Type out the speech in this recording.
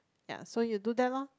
ya so you do that lor